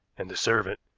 and the servant,